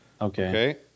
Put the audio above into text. Okay